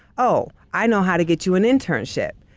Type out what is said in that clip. oh, i know how to get you an internship.